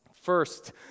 First